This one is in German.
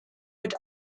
mit